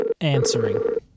answering